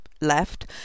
left